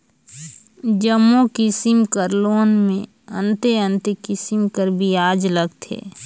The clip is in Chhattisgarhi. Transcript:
जम्मो किसिम कर लोन में अन्ते अन्ते किसिम कर बियाज लगथे